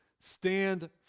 Stand